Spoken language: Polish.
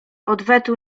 odwetu